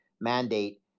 mandate